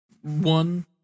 one